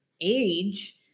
age